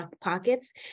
pockets